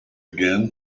again